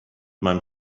meinem